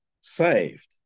saved